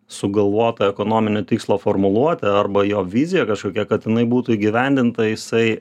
sugalvota ekonominio tikslo formuluotė arba jo vizija kažkokia kad inai būtų įgyvendinta jisai